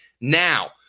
now